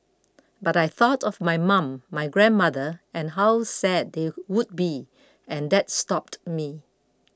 but I thought of my mum my grandmother and how sad they would be and that stopped me